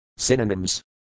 Synonyms